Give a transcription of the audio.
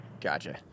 Gotcha